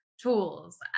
tools